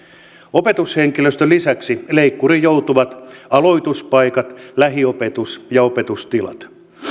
opetushenkilöstön lisäksi leikkuriin joutuvat aloituspaikat lähiopetus ja opetustilat